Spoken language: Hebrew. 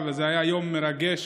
זה היה יום מרגש